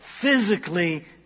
physically